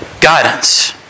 guidance